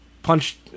Punched